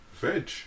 Veg